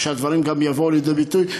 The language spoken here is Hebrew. שהדברים גם יבואו לידי ביטוי,